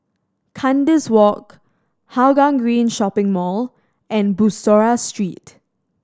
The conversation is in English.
Kandis Walk Hougang Green Shopping Mall and Bussorah Street